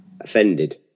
offended